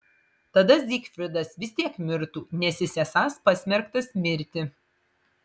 tada zygfridas vis tiek mirtų nes jis esąs pasmerktas mirti